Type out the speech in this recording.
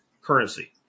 currency